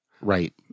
Right